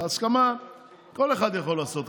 בהסכמה כל אחד יכול לעשות.